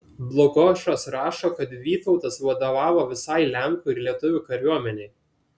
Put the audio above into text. dlugošas rašo kad vytautas vadovavo visai lenkų ir lietuvių kariuomenei